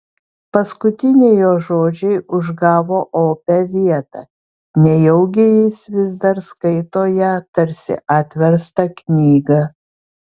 paskutiniai jo žodžiai užgavo opią vietą nejaugi jis vis dar skaito ją tarsi atverstą knygą